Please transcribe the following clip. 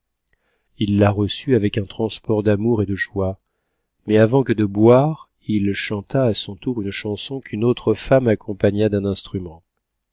il la reçut avec un transport d'amour et de joie mais avant que de boire il chanta à son tour une chanson qu'une autre femme accompagna d'un instrument